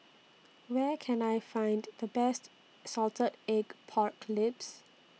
Where Can I Find The Best Salted Egg Pork Ribs